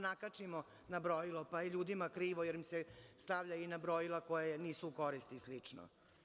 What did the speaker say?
Nakačimo na brojilo, pa je ljudima krivo jer im se stavlja na brojila koja nisu u koristi i slično.